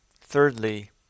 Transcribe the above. thirdly